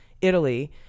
italy